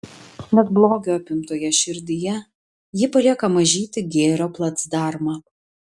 net blogio apimtoje širdyje ji palieka mažytį gėrio placdarmą